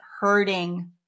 hurting